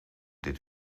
dit